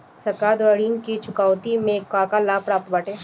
सरकार द्वारा किसानन के ऋण चुकौती में का का लाभ प्राप्त बाटे?